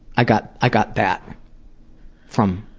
i got i got that from.